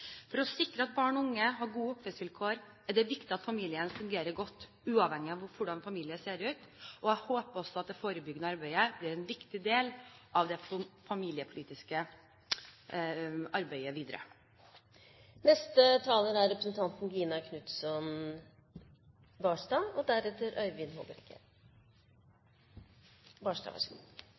For å sikre at barn og unge har gode oppvekstvilkår er det viktig at familien fungerer godt, uavhengig av hvordan familien ser ut. Jeg håper også at det forebyggende arbeidet blir en viktig del av det familiepolitiske arbeidet videre. Jeg vil slutte meg til hele representanten Vågslids innlegg og særlig til hyllesten av felles ekteskapslov og